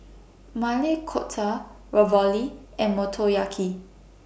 Maili Kofta Ravioli and Motoyaki